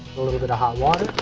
a little bit of hot water,